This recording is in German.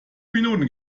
minuten